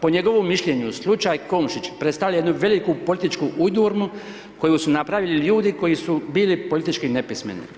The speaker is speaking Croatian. Po njegovom mišljenju slučaj Komšić predstavlja jednu veliku političku ... koju su napravili ljudi koji su bili politički nepismeni.